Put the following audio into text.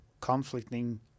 conflicting